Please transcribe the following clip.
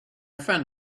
friend